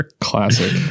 Classic